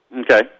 Okay